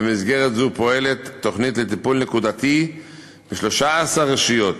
במסגרת זו פועלת תוכנית לטיפול נקודתי ב-13 רשויות: